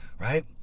Right